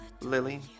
Lily